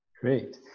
Great